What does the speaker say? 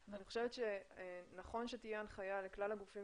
אני חושבת שנכון שתהיה הנחיה לכלל הגופים